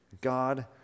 God